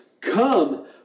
come